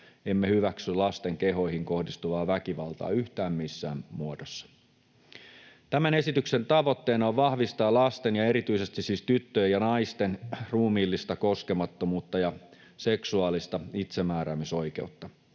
emme hyväksy lasten kehoihin kohdistuvaa väkivaltaa yhtään missään muodossa. Tämän esityksen tavoitteena on vahvistaa lasten ja erityisesti siis tyttöjen ja naisten ruumiillista koskemattomuutta ja seksuaalista itsemääräämisoikeutta.